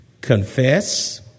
confess